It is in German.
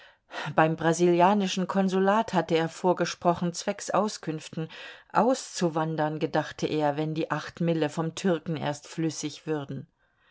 beim brasilianischen konsulat hatte er vorgesprochen zwecks auskünften auszuwandern gedachte er wenn die acht mille vom türken erst flüssig würden